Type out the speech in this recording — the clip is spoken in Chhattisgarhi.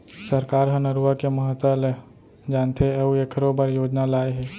सरकार ह नरूवा के महता ल जानथे अउ एखरो बर योजना लाए हे